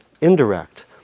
indirect